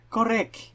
Correct